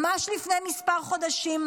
ממש לפני כמה חודשים,